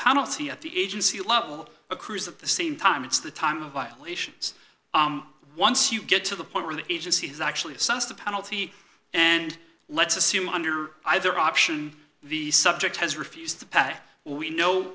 pouncey at the agency level accrues at the same time it's the time of violations once you get to the point where the agencies actually assess the penalty and let's assume under either option the subject has refused that we know